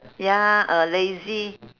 ya uh lazy